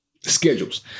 schedules